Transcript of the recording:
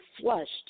flushed